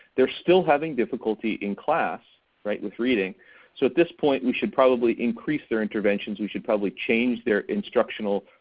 they're still having difficulty in class, right? with reading, so at this point we should probably increase their interventions, we should probably change their instructional